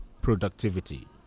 Productivity